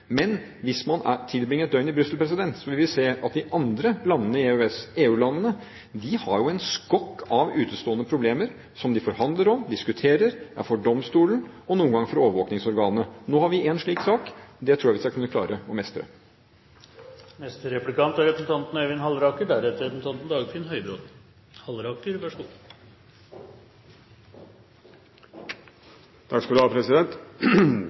Hvis man tilbringer et døgn i Brussel, vil man se at de andre landene i EØS – EU-landene – har en skokk av utestående problemer som de forhandler om, diskuterer, har for domstolen og noen ganger for overvåkingsorganet. Nå har vi én slik sak. Det tror jeg vi skal kunne klare å mestre. Det er